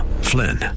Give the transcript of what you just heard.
Flynn